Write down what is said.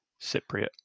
Cypriot